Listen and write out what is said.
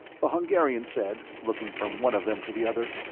the hungarian said, looking from one of them to the other,